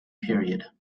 period